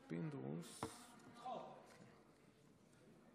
בבקשה, שלוש דקות.